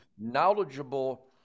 knowledgeable